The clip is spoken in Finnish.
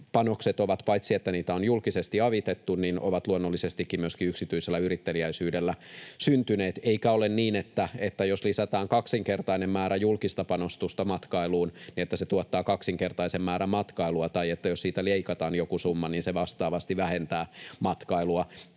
panokset ovat — paitsi että niitä on julkisesti avitettu — luonnollisestikin myöskin yksityisellä yritteliäisyydellä syntyneet. Eikä ole niin, että jos lisätään kaksinkertainen määrä julkista panostusta matkailuun, se tuottaa kaksinkertaisen määrän matkailua, tai että jos siitä leikataan joku summa, niin se vastaavasti vähentää matkailua.